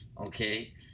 okay